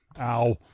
ow